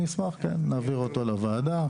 כן, נשמח להעביר אותו לוועדה.